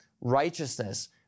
righteousness